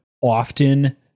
often